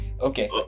Okay